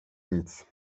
nic